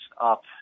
up